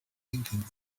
thinking